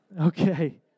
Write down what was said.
Okay